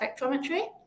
spectrometry